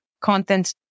content